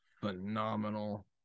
phenomenal